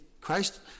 Christ